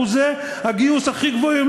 באחוזי הגיוס הכי גבוהים,